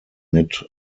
mid